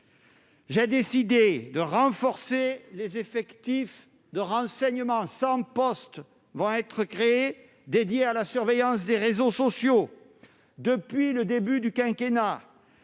J'ai décidé de renforcer les effectifs de renseignement, en créant cent postes dédiés à la surveillance des réseaux sociaux. Depuis le début du quinquennat,